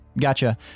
gotcha